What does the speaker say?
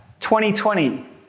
2020